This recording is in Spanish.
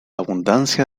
abundancia